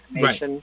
Right